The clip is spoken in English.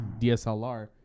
DSLR